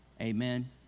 Amen